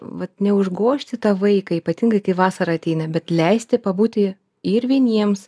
vat neužgožti tą vaiką ypatingai kai vasara ateina bet leisti pabūti ir vieniems